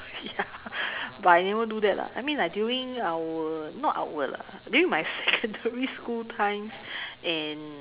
ya but I never do that lah I mean like during our not our lah during my secondary school times and